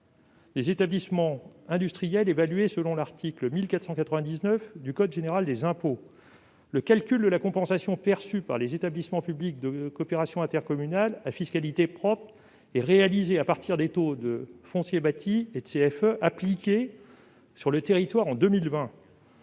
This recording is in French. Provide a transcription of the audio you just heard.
des établissements industriels évalués selon l'article 1499 du code général des impôts. Le calcul de la compensation perçue par les EPCI à fiscalité propre est réalisé à partir des taux de foncier bâti et de CFE appliqués sur le territoire en 2020.